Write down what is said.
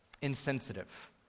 insensitive